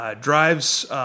drives